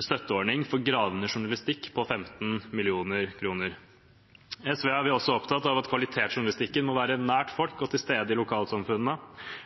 støtteordning for gravende journalistikk på 15 mill. kr. I SV er vi også opptatt av at kvalitetsjournalistikken må være nær folk og til stede i lokalsamfunnene.